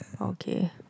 Okay